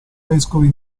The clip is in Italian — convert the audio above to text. vescovi